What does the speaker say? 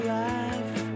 life